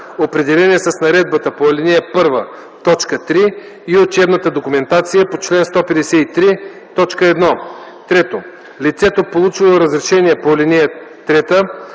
определени с наредбата по ал. 1, т. 3 и учебната документация по чл. 153, т. 1; 3. лицето, получило разрешение по ал. 3,